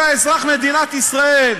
אתה אזרח מדינת ישראל,